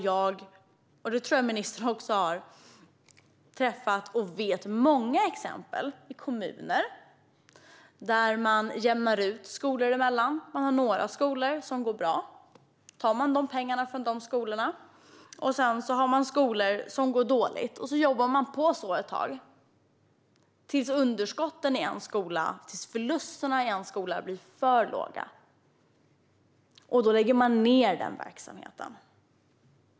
Jag och ministern har nog också mött många exempel i kommuner där man jämnar ut skolor emellan. Det finns några skolor som går bra. Då tar man pengar från de skolorna. Sedan finns det skolor som går dåligt. På det sättet jobbar man på ett tag tills underskotten eller förlusten i en skola blir för höga, och då lägger man ned den verksamheten.